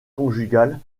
conjugal